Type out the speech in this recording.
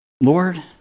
Lord